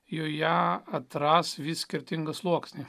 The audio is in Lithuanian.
joje atras vis skirtingą sluoksnį